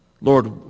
Lord